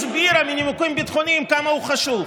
הסבירה מנימוקים ביטחוניים כמה הוא חשוב.